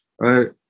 right